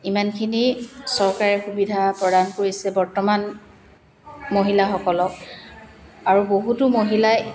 ইমানখিনি চৰকাৰে সুবিধা প্ৰদান কৰিছে বৰ্তমান মহিলাসকলক আৰু বহুতো মহিলাই